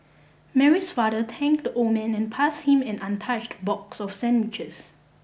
Mary's father thanked the old man and passed him an untouched box of sandwiches